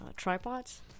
tripods